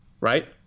right